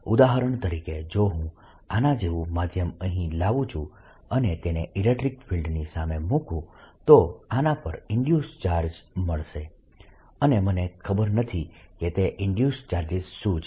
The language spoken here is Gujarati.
ઉદાહરણ તરીકે જો હું આના જેવું માધ્યમ અહીં લાવું છું અને તેને ઇલેક્ટ્રીક ફિલ્ડની સામે મૂકું તો આના પર ઇન્ડ્યુસ્ડ ચાર્જીસ મળશે અને મને ખબર નથી કે તે ઇન્ડ્યુસ્ડ ચાર્જીસ શું છે